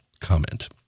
comment